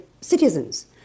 citizens